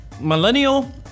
millennial